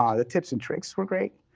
um the tips and tricks were great.